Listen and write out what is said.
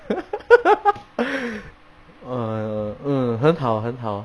err mm 很好很好